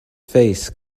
face